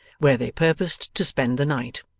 where they purposed to spend the night.